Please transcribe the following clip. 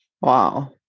Wow